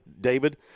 David